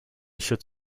should